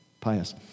pious